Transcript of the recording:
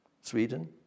Sweden